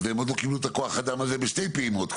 והם עוד לא קיבלו את הכוח אדם הזה בשתי פעימות,